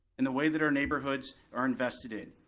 and the way that our neighborhoods are invested in.